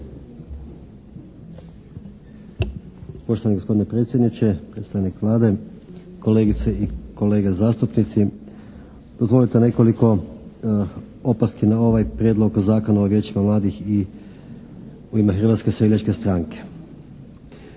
Poštovani gospodine predsjedniče, predstavnik Vlade, kolegice i kolege zastupnici. Dozvolite nekoliko opaski na ovaj Prijedlog zakona o vijećima mladih i u ime Hrvatske seljačke stranke.